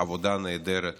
עבודה נהדרת